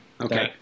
Okay